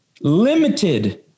Limited